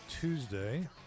Tuesday